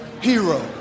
hero